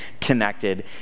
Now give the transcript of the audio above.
connected